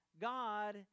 god